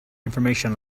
information